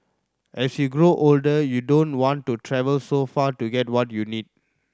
as you grow older you don't want to travel so far to get what you need